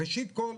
ראשית כול,